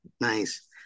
Nice